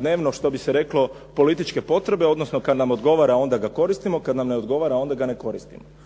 dnevno što bi se reklo političke potrebe, odnosno kada nam odgovara, onda ga koristimo, kada nam ne odgovara onda ga ne koristimo.